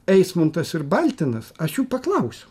eismuntas ir baltinas aš jų paklausiau